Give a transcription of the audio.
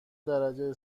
درجه